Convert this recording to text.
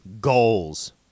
Goals